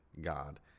God